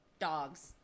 dogs